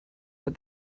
but